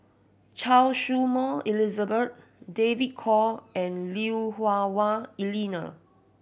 Choy Su Moi Elizabeth David Kwo and Lui Hah Wah Elena